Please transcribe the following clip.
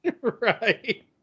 Right